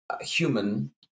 human